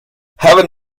heaven